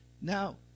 now